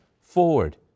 forward